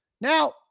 Now